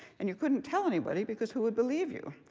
and you couldn't tell anybody, because who would believe you?